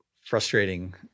frustrating